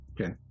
Okay